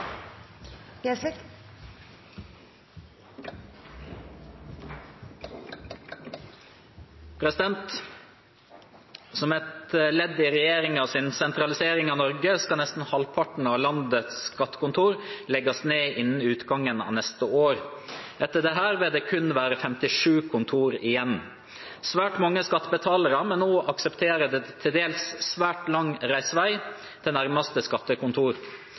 integreringsministeren, som er bortreist. «Som et ledd i regjeringens sentralisering av Norge skal nesten halvparten av landets skattekontor legges ned innen utgangen av neste år. Etter dette vil det kun være 57 kontorer igjen. Svært mange skattebetalere må nå akseptere til dels svært lang reisevei til nærmeste skattekontor.